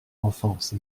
enfance